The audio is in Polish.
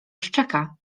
szczeka